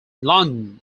london